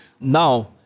Now